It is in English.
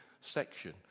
section